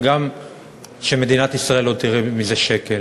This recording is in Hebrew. וגם שמדינת ישראל לא תראה מזה שקל?